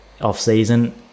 off-season